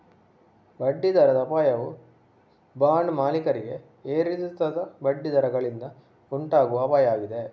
ಬಡ್ಡಿ ದರದ ಅಪಾಯವು ಬಾಂಡ್ ಮಾಲೀಕರಿಗೆ ಏರಿಳಿತದ ಬಡ್ಡಿ ದರಗಳಿಂದ ಉಂಟಾಗುವ ಅಪಾಯ ಆಗಿದೆ